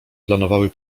planowały